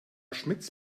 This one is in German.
schmitz